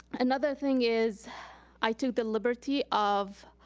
another thing is i took the liberty of